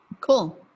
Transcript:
Cool